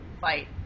fight